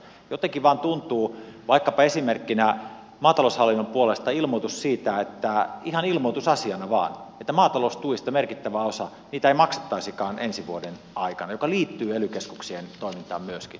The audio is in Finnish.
jotenkin vain tuntuu vaikkapa esimerkkinä maataloushallinnon puolesta ilmoitus siitä ihan ilmoitusasiana vain että maataloustuista merkittävää osaa ei maksettaisikaan ensi vuoden aikana mikä liittyy ely keskuksien toimintaan myöskin